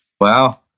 Wow